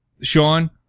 Sean